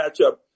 matchup